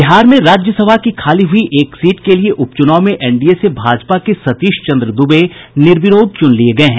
बिहार में राज्यसभा की खाली हुई एक सीट के लिये उप चुनाव में एनडीए से भाजपा के सतीश चंद्र दूबे निर्विरोध चुन लिये गये हैं